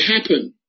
happen